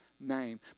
name